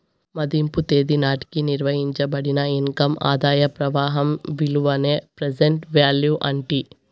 మదింపు తేదీ నాటికి నిర్వయించబడిన ఇన్కమ్ ఆదాయ ప్రవాహం విలువనే ప్రెసెంట్ వాల్యూ అంటీ